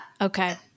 Okay